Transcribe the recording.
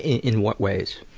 in what ways?